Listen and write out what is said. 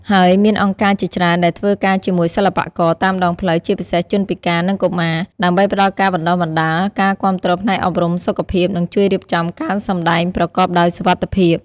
ហើយមានអង្គការជាច្រើនដែលធ្វើការជាមួយសិល្បករតាមដងផ្លូវ ជាពិសេសជនពិការ និងកុមារ ដើម្បីផ្តល់ការបណ្តុះបណ្តាល ការគាំទ្រផ្នែកអប់រំ សុខភាព និងជួយរៀបចំការសម្ដែងប្រកបដោយសុវត្ថិភាព។